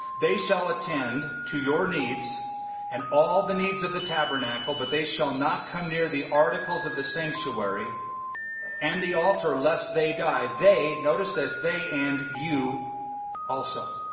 they shall attend to your needs and all the needs of the tabernacle but they shall not come near the articles of the sanctuary and the altar, lest they die they notice this, they and you also